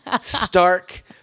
stark